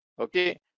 okay